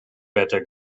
better